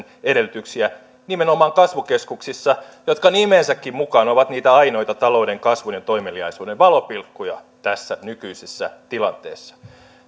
edellytyksiä nimenomaan kasvukeskuksissa jotka nimensäkin mukaan ovat niitä ainoita talouden kasvun ja toimeliaisuuden valopilkkuja tässä nykyisessä tilanteessa